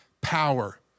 power